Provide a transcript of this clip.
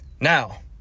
Now